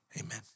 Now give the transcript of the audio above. amen